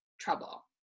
trouble